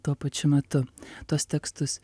tuo pačiu metu tuos tekstus